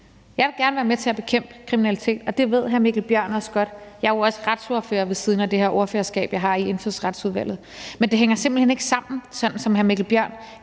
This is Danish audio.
Jeg vil gerne være med til at bekæmpe kriminalitet, og det ved hr. Mikkel Bjørn også godt. Jeg er jo også retsordfører ved siden af det her ordførerskab, jeg har i Indfødsretsudvalget. Men det hænger simpelt hen ikke sammen, sådan som hr. Mikkel Bjørn